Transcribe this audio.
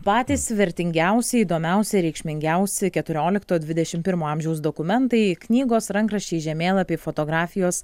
patys vertingiausi įdomiausi reikšmingiausi keturiolikto dvidešimt pirmo amžiaus dokumentai knygos rankraščiai žemėlapiai fotografijos